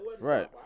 Right